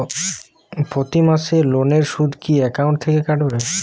প্রতি মাসে লোনের সুদ কি একাউন্ট থেকে কাটবে?